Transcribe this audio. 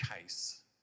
case